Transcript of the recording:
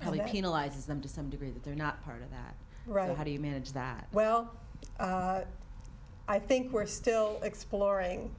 how do you know lies them to some degree that they're not part of that right how do you manage that well i think we're still exploring